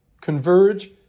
converge